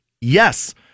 Yes